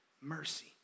mercy